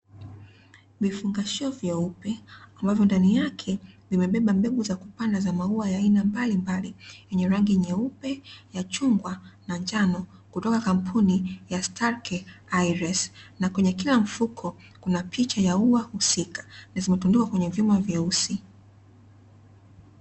Vifungashio vyeupe ambavyo ndani yake vimebeba mbegu za kupanda za mauwa mbalimbali yenye rangi nyeupe, ya chungwa na njano kutoka kampuni ya stalki aeresi, kwenye kila mfuko kuna picha ya ua husika, zimetundikwa kwenye vyuma vyeusi.